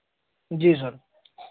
जी sir